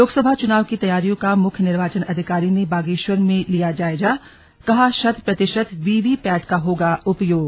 लोकसभा चुनाव की तैयारियों का मुख्य निर्वाचन अधिकारी ने बागेश्वर में लिया जायजाकहा शत प्रतिशत वीवीपैट का होगा उपयोग